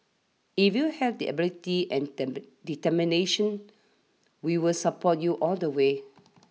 if you have the ability and determination we will support you all the way